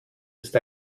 ist